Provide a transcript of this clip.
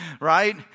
Right